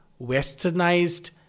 westernized